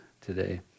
today